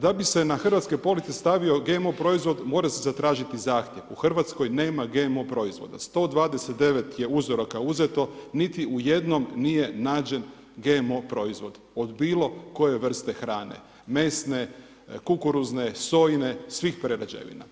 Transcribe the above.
Da bi se na hrvatske police stavio GMO proizvod, mora se zatražiti zahtjev, u Hrvatskoj nema GMO proizvoda, 129 je uzoraka uzeto, niti u jednom nije nađen GMO proizvod, od bilo koje vrste hrane, mesne, kukuruzne, sojine, svih prerađevina.